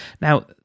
Now